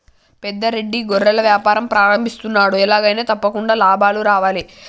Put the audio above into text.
పెద్ద రెడ్డి గొర్రెల వ్యాపారం ప్రారంభిస్తున్నాడు, ఎలాగైనా తప్పకుండా లాభాలు రావాలే